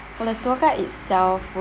for the tour guide itself